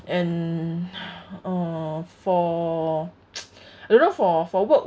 and err for I don't know for for work